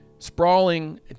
Sprawling